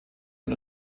und